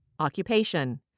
Occupation